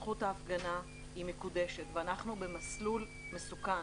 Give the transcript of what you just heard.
זכות ההפגנה היא מקודשת ואנחנו במסלול מסוכן.